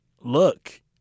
look